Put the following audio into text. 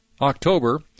October